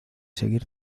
seguir